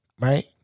right